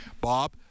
Bob